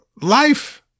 life